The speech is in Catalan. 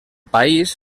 país